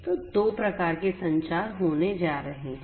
तो 2 प्रकार के संचार होने जा रहे हैं